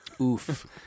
Oof